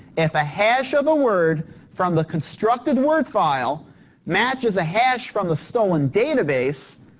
if a hash of a word from the constructed word file matches. a hash from the stolen database,